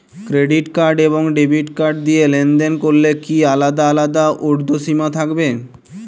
Credit card এবং debit card দিয়ে লেনদেন করলে কি আলাদা আলাদা ঊর্ধ্বসীমা থাকবে?